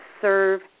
serve